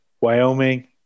Wyoming